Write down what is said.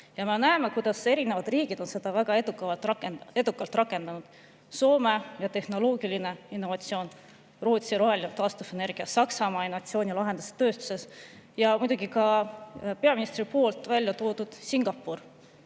Me näeme, kuidas erinevad riigid on seda väga edukalt rakendanud. Soome ja tehnoloogiline innovatsioon, Rootsi roheline taastuvenergia, Saksamaa innovatsioonilahendused tööstuses. Ja muidugi ka peaministri poolt välja toodud Singapur.